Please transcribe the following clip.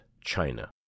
China